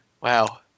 Wow